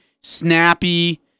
snappy